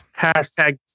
Hashtag